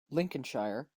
lincolnshire